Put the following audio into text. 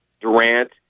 Durant